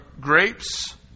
grapes